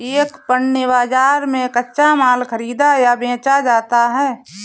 एक पण्य बाजार में कच्चा माल खरीदा या बेचा जाता है